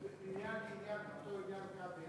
ומעניין לעניין באותו עניין,